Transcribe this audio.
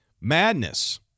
Madness